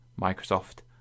Microsoft